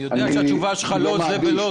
אני יודע שהתשובה שלך היא לא זו ולא זו.